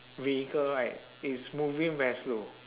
vehicle right is moving very slow